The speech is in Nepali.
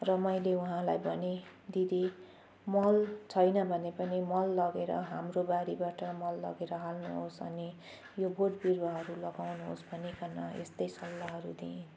र मैले उहाँलाई भने दिदी मल छैन भने पनि मल लगेर हाम्रो बारीबाट मल लगेर हाल्नु होस् अनि यो बोट बिरुवाहरू लगाउनु होस् भनीकन यस्तै सल्लाहरू दिएँ